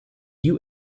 you